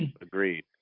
Agreed